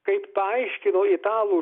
kaip paaiškino italų